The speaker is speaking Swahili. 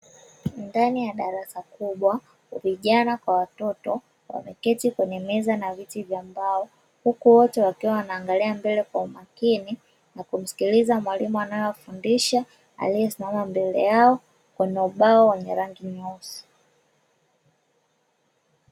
Ndani ya darasa kubwa vijana kwa watoto wameketi kwenye meza na viti vya mbao huko wote wakiwa wanaangalia mbele kwa umakini na kumsikiliza mwalimu anayofundisha aliyesimama mbele yao kwenye ubao wenye rangi nyeusi